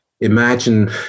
Imagine